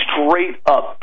straight-up